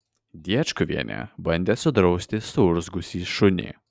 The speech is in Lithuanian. diečkuvienė bandė sudrausti suurzgusį šunį